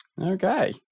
okay